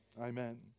amen